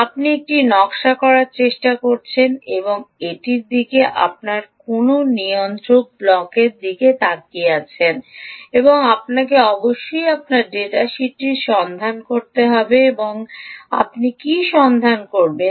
আপনি একটি নকশা করার চেষ্টা করছেন এবং এটিতে আপনি কোনও নিয়ন্ত্রক ব্লকের দিকে তাকিয়ে আছেন এবং আপনাকে অবশ্যই আপনার ডেটা শীট সন্ধান করতে হবে এবং আপনি কি সন্ধান করবেন